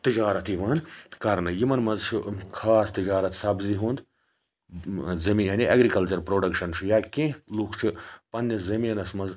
تجارت یِوان کرنہٕ یِمن منٛز چھُ خاص تِجارت سبزی ہُنٛد زٔمیٖن یعنی ایٚگرکلچر پُروڈَکشن چھُ یا کینٛہہ لُکھ چھِ پَننس زٔمیٖنَس منٛز